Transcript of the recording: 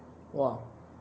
!wah!